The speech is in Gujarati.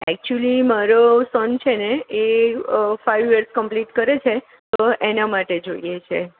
એકચુંલી મારો સન છે ને એ ફાઇવ યર કંપ્લીટ કરે છે તો એના માટે જોઈએ છે